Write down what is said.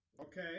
okay